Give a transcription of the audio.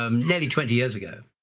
um nearly twenty years ago.